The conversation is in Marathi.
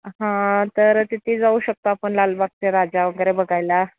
हां तर तिथे जाऊ शकतो आपण लालबागचा राजा वगैरे बघायला